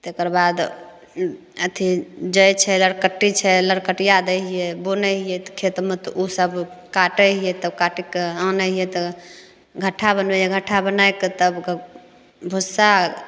तेकरबाद ओ अथी जै छै लरकट्टी छै लरकटिया दै हियै बुनै हियै तऽ खेतमे तऽ ओसब काटै हियै तब काटि कऽ आनै हियै तब घट्ठा बनबै हियै घट्ठा बनाइके तब ओइके भुस्सा